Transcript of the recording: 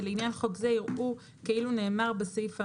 ולעניין חוק זה יראו כאילו נאמר בסעיף האמור,